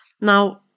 Now